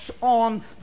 on